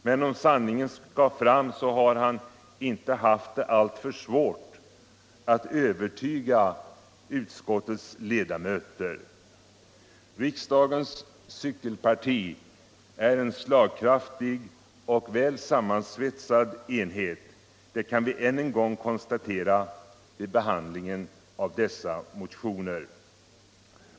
Men om sanningen skall fram har han inte haft det alltför svårt att övertyga utskottets ledamöter. Riksdagens cykelparti är en slagkraftig och väl sammansvetsad enhet, det kan vi än en gång konstatera vid behandlingen av dessa motioner.